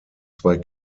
zwei